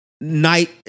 night